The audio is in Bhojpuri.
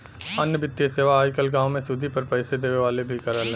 अन्य वित्तीय सेवा आज कल गांव में सुदी पर पैसे देवे वाले भी करलन